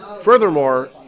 Furthermore